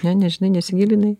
ne nežinai nesigilinai